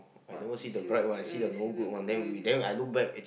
what you see the yeah you see the yeah you see